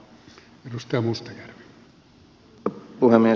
arvoisa puhemies